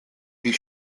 die